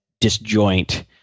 disjoint